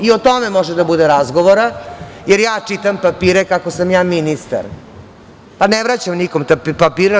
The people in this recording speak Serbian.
I o tome može da bude razgovora, jer ja čitam papire kako sam ja ministar, pa ne vraćam nikome papire.